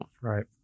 right